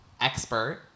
expert